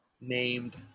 named